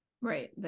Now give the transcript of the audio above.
Right